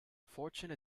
fortune